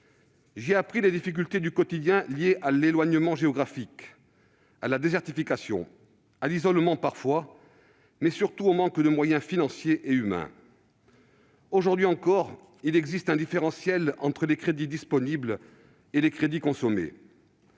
j'ai appris les difficultés du quotidien liées à l'éloignement géographique, à la désertification, à l'isolement parfois, mais surtout au manque de moyens financiers et humains. Aujourd'hui encore, il existe un différentiel entre les crédits disponibles et les crédits consommés,